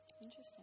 Interesting